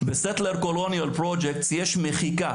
ב-settler colonial project יש מחיקה